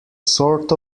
sort